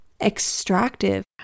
extractive